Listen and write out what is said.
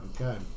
Okay